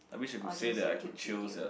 or just YouTube video